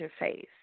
interface